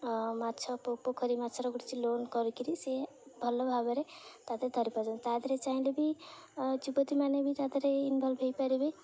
ମାଛ ପୋଖରୀ ମାଛର କିଛି ଲୋନ୍ କରିକରି ସେ ଭଲ ଭାବରେ ମାଛ ଧରିପାରୁନ୍ତି ତା'ଦେହରେ ଚାହିଁଲେ ବି ଯୁବତୀମାନେ ବି ତା'ଦେହରେ ଇନ୍ଭଲ୍ଭ୍ ହୋଇପାରିବେ